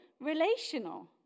relational